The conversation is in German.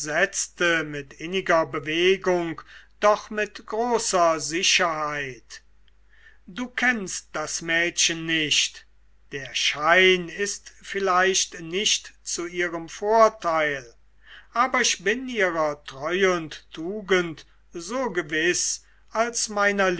mit inniger bewegung doch mit großer sicherheit du kennst das mädchen nicht der schein ist vielleicht nicht zu ihrem vorteil aber ich bin ihrer treue und tugend so gewiß als meiner